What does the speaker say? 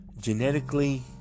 genetically